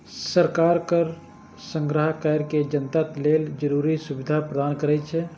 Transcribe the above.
सरकार कर संग्रह कैर के जनता लेल जरूरी सुविधा प्रदान करै छै